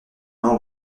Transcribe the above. mains